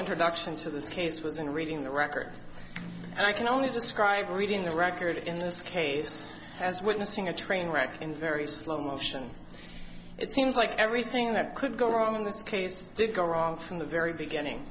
introduction to this case was in reading the record and i can only describe reading the record in this case as witnessing a train wreck in very slow motion it seems like everything that could go wrong in this case did go wrong from the very beginning